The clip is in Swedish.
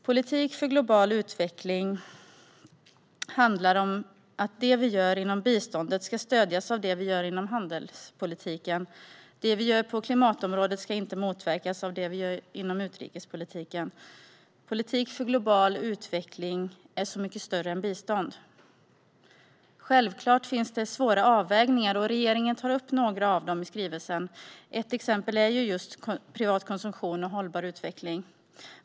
Politik för global utveckling handlar om att det vi gör inom biståndet ska stödjas av det vi gör inom handelspolitiken. Det vi gör på klimatområdet ska inte heller motverkas av det vi gör inom utrikespolitiken. Politik för global utveckling är så mycket större än bistånd. Självklart finns det svåra avvägningar, och regeringen tar upp några av dem i skrivelsen. Ett exempel är just privat konsumtion och hållbar utveckling.